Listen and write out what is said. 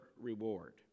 reward